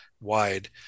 wide